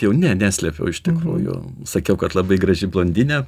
jau ne neslėpiau iš tikrųjų sakiau kad labai graži blondinė